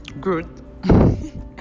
good